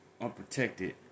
unprotected